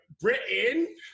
Britain